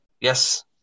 Yes